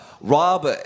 Rob